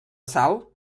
sal